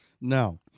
No